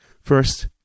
First